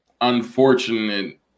unfortunate